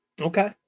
Okay